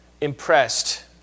impressed